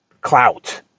clout